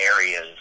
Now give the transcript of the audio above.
areas